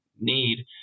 need